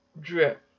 drip